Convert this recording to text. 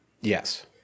Yes